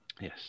yes